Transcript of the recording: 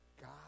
God